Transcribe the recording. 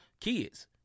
kids